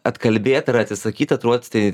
atkalbėt ar atsisakyt tatiuruot tai